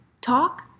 Talk